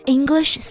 English